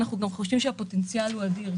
אנחנו גם חושבים שהפוטנציאל אדיר.